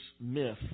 myth